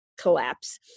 collapse